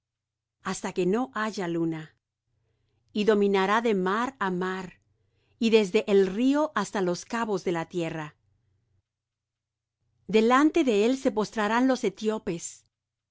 hasta que no haya luna y dominará de mar á mar y desde el río hasta los cabos de la tierra delante de él se postrarán los etiopes